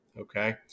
okay